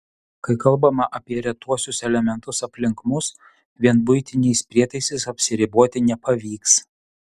kai kalbama apie retuosius elementus aplink mus vien buitiniais prietaisais apsiriboti nepavyks